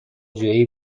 جویی